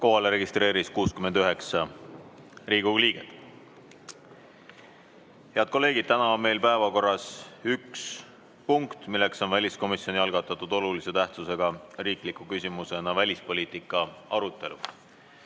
registreerus 69 Riigikogu liiget. Head kolleegid! Täna on meil päevakorras üks punkt, milleks on väliskomisjoni algatatud olulise tähtsusega riikliku küsimusena välispoliitika arutelu. Austatud